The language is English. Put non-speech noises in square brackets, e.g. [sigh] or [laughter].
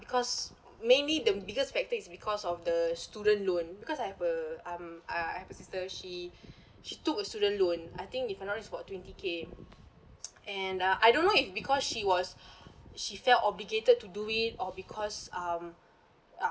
because mainly the biggest factor is because of the student loan because I have a um uh I have a sister she [breath] she took a student loan I think if I'm not wrong it's about twenty K and uh I don't know if because she was [breath] she felt obligated to do it or because um